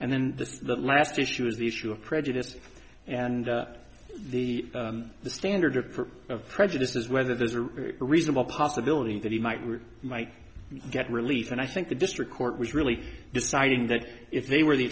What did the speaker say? and then the last issue is the issue of prejudice and the the standard of prejudice is whether there's a reasonable possibility that he might repeat might get relief and i think the district court was really deciding that if they were the